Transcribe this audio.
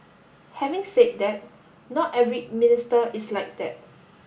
having said that not every minister is like that